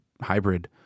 hybrid